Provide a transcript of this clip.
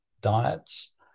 diets